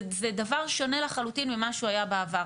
זה דבר שונה לחלוטין ממה שהוא היה בעבר.